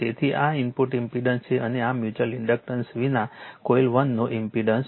તેથી આ input impedance છે અને આ મ્યુચ્યુઅલ ઇન્ડક્ટન્સ વિના કોઇલ 1 નો ઇમ્પેડન્સ છે